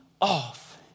off